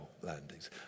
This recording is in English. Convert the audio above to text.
landings